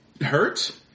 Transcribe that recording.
hurt